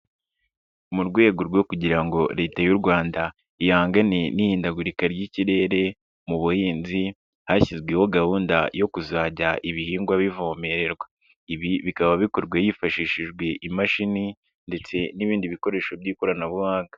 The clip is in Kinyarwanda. Mu rwego rwo kugira ngo Leta y'u Rwanda ihangane n'ihindagurika ry'ikirere mu buhinzi, hashyizweho gahunda yo kuzajya ibihingwa bivomererwa. Ibi bikaba bikorwa hifashishijwe imashini ndetse n'ibindi bikoresho by'ikoranabuhanga.